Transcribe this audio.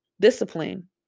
discipline